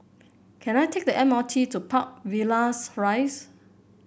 can I take the M R T to Park Villas Rise